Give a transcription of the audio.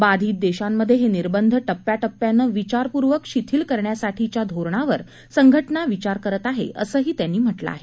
बाधित देशांमध्ये हे निर्बंध टप्प्याटप्प्यानं विचापूर्वक शिथिल करण्यासाठीच्या धोरणावर संघटना विचार करत आहे असंही त्यांनी म्हटलं आहे